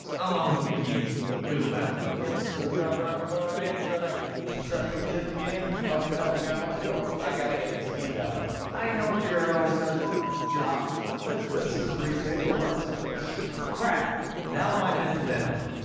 along with the keys through the bathroom you have a screwdriver rocket bar maybe try to try to use it to get in as long as you don't jam up the door i got to get these keys out i know jared always does a good this is ridiculous crap now i might miss the deadline